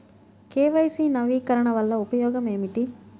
KYC నవీకరణ వలన ఉపయోగం ఏమిటీ?